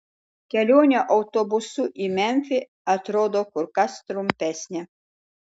kelionė autobusu į memfį atrodo kur kas trumpesnė